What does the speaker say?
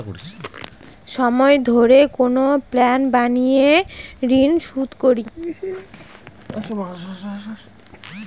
সময় ধরে কোনো প্ল্যান বানিয়ে ঋন শুধ করি